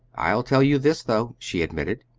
i'll tell you this, though, she admitted,